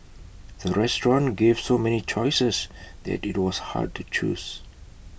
the restaurant gave so many choices that IT was hard to choose